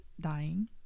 dying